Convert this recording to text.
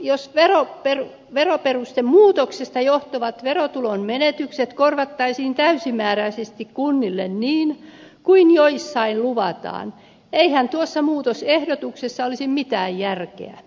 jos veroperustemuutoksesta johtuvat verotulon menetykset korvattaisiin täysimääräisesti kunnille niin kuin jossain luvataan eihän tuossa muutosehdotuksessa olisi mitään järkeä